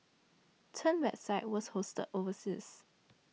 Chen's website was hosted overseas